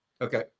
Okay